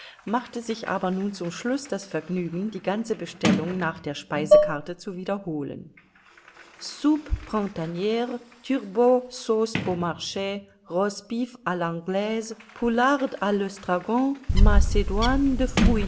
machte sich aber nun zum schluß das vergnügen die ganze bestellung nach der speisekarte zu wiederholen